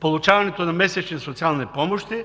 получаването на месечни социални помощи